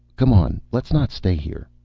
come on. let's not stay here.